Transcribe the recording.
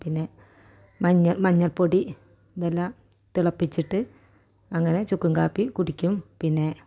പിന്നെ മഞ്ഞ മഞ്ഞള്പ്പൊടി ഇതെല്ലാം തിളപ്പിച്ചിട്ട് അങ്ങനെ ചുക്കുംകാപ്പി കുടിക്കും പിന്നെ